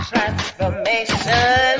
Transformation